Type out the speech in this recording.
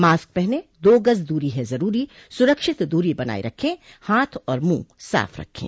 mask पहनें दो गज़ दूरी है ज़रूरी सुरक्षित दूरी बनाए रखें हाथ और मुंह साफ रखें